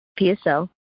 PSL